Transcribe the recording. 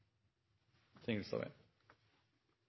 Tingelstad